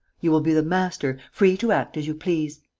you will be the master, free to act as you please.